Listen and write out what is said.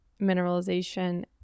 mineralization